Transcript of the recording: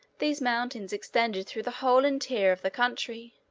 these mountains extended through the whole interior of the country,